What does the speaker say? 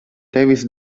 tevis